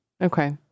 Okay